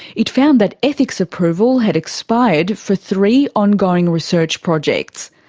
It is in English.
it found that ethics approval had expired for three ongoing research projects.